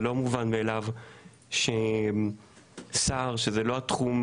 זה לא מובן מאליו ששר שזה לא התחום